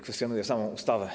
Kwestionuję samą ustawę.